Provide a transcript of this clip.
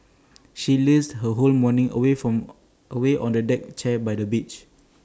she lazed her whole morning away on A deck chair by the beach